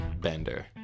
Bender